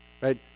right